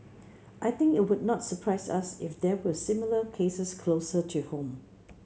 I think it would not surprise us if there were similar cases closer to home